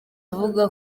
avuga